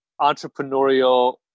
entrepreneurial